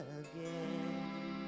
again